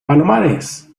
palomares